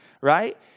Right